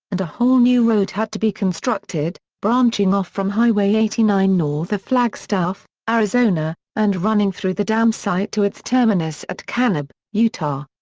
and a whole new road had to be constructed, branching off from highway eighty nine north of flagstaff, arizona, and running through the dam site to its terminus at kanab, utah.